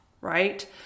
right